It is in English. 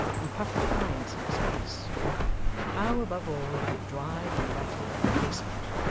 and puffed defiance in its face how, above all, did it drive and rattle at the casement,